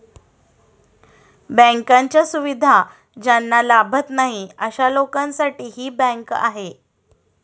बँकांच्या सुविधा ज्यांना लाभत नाही अशा लोकांसाठी ही बँक आहे